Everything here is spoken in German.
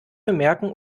bemerken